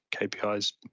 kpis